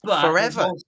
Forever